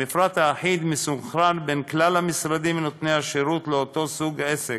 המפרט האחיד מסונכרן בין כלל המשרדים נותני השירות לאותו סוג עסק,